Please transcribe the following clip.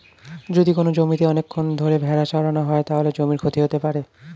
যদি কোনো জমিতে অনেকক্ষণ ধরে ভেড়া চড়ানো হয়, তাহলে জমির ক্ষতি হতে পারে